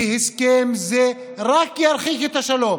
כי הסכם זה רק ירחיק את השלום.